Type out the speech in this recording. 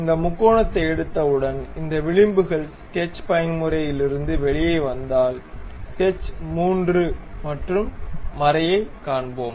இந்த முக்கோணத்தை எடுத்தவுடன் இந்த விளிம்புகள் ஸ்கெட்ச் பயன்முறையிலிருந்து வெளியே வந்தால் ஸ்கெட்ச் 3 மற்றும் மறையை காண்போம்